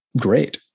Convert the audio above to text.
great